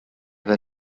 then